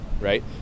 right